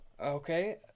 Okay